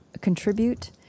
contribute